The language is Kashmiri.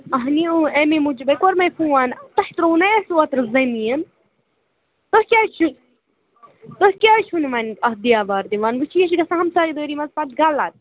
اَہَنی اَمی موٗجوٗبے کوٚر مےٚ فون تۄہہِ ترٛوو نَے اَسہِ اوترٕ زٔمیٖن تُہۍ کیٛازِ چھُو تُہۍ کیٛازِ چھُو نہٕ وۅنۍ اَتھ دیوار دِوان وُچھِو یہِ چھِ گژھان ہمسایہِ دٲری منٛز پَتہٕ غلط